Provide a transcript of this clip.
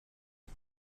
and